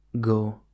go